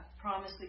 promise